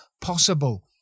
possible